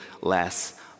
less